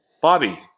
Bobby